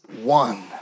one